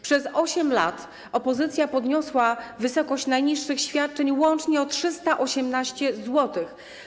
Przez 8 lat opozycja podniosła wysokość najniższych świadczeń łącznie o 318 zł.